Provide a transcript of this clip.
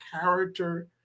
character